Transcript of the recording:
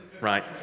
right